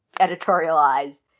editorialize